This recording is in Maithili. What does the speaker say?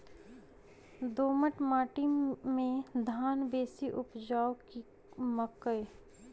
दोमट माटि मे धान बेसी उपजाउ की मकई?